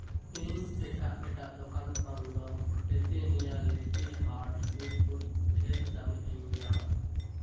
ᱤᱧ ᱮᱴᱟᱜ ᱮᱴᱟᱜ ᱫᱚᱠᱟᱱ ᱠᱷᱚᱱ ᱫᱚ ᱵᱨᱤᱴᱮᱱᱤᱭᱟ ᱞᱤᱴᱤᱞ ᱦᱟᱨᱴ ᱵᱤᱥᱠᱩᱴ ᱰᱷᱮᱨ ᱫᱟᱹᱢᱤᱭᱟᱜ ᱤᱧ ᱧᱟᱢᱟ